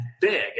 big